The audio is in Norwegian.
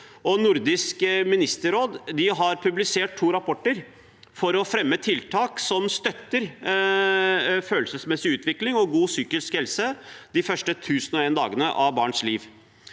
Nordisk Ministerråd har publisert to rapporter for å fremme tiltak som støtter følelsesmessig utvikling og god psykisk helse de første 1 001 dagene av barns liv.